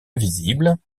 invisible